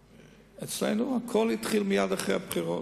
אצלנו הכול התחיל מייד אחרי הבחירות.